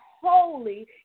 holy